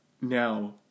now